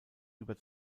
über